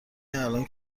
الان